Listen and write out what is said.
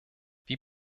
wie